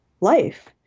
life